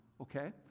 okay